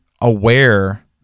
aware